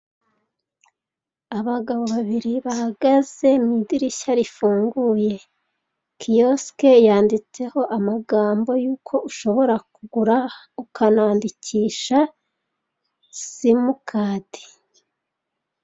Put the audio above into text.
Abagabo babiri bahagaze mu idirishya rifunguye, kiyosike yanditseho amagambo y'uko ushobora kugura ukanandikisha simukadi.